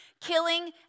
killing